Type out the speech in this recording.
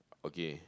okay